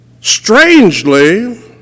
Strangely